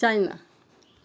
China